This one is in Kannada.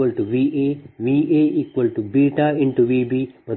ಮತ್ತು Vc 2Va